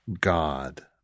God